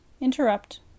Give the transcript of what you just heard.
interrupt